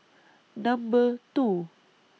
Number two